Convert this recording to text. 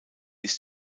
ist